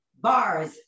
bars